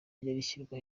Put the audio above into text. rishyirwa